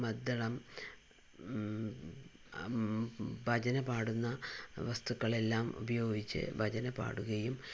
മദ്ദളം ഭജന പാടുന്ന വസ്തുക്കളെല്ലാം ഉപയോഗിച്ച് ഭജന പാടുകയും